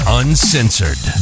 uncensored